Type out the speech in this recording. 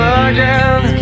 again